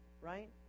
right